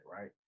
right